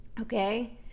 okay